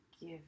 give